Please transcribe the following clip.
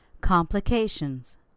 Complications